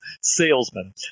salesmen